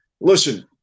listen